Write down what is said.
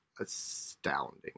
astounding